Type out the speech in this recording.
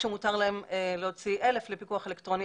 כשמותר להם להוציא 1,000 לפיקוח אלקטרוני,